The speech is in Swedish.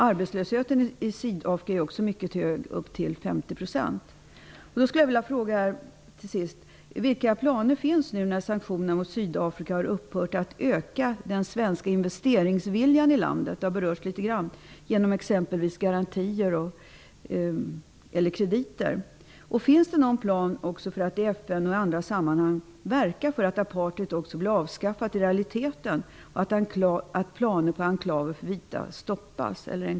Arbetslösheten i Sydafrika är också mycket hög, uppemot 50 %. Jag skulle till sist vilja fråga vilka planer som finns för att öka den svenska investeringsviljan i landet genom t.ex. garantier eller krediter nu när sanktionerna mot Sydafrika har upphört. Det har berörts litet grand tidigare. Finns det någon plan för att i FN och andra sammanhang verka för att apartheid blir avskaffat även i realiteten och för att planer på enklaver för vita stoppas?